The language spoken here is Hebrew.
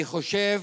אני חושב